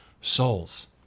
souls